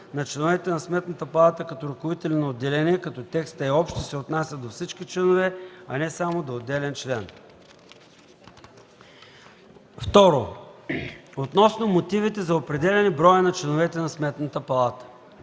на членовете на Сметната палата като ръководители на отделения, като текстът е общ и се отнася до всички членове, а не само до отделен член. 2. Относно мотивите за определяне броя на членовете на Сметната палата.